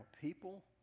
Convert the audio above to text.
people